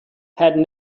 had